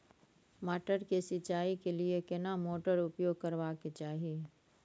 मटर के सिंचाई के लिये केना मोटर उपयोग करबा के चाही?